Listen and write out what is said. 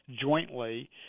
jointly